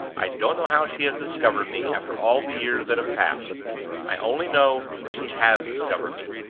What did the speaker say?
i don't know how she has discovered me, after all the years that have passed i only know that she has discovered me.